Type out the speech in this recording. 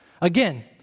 again